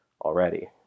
already